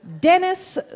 Dennis